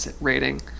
rating